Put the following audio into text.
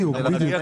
לחלוטין.